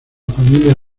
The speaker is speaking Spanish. familia